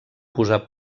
posar